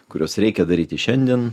kuriuos reikia daryti šiandien